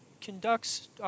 conducts